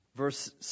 Verse